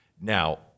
Now